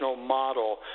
model